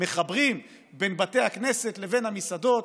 מחברים בין בתי הכנסת לבין המסעדות,